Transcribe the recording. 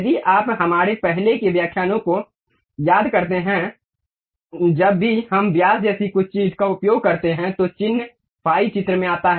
यदि आप हमारे पहले के व्याख्यानों से याद करते हैं जब भी हम व्यास जैसी किसी चीज का उपयोग करते हैं तो चिह्न फाई चित्र में आता है